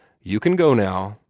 you can go now!